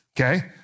Okay